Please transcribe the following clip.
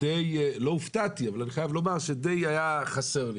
חייב לומר שהיה חסר לי,